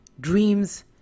Dreams